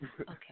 Okay